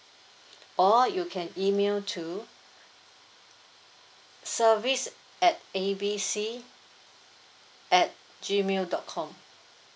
or you can email to service at A B C at gmail dot com